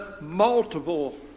multiple